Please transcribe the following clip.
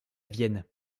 vienne